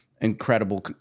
incredible